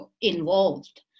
involved